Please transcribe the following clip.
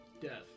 Death